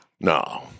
no